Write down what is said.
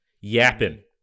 yapping